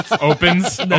opens